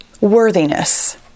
worthiness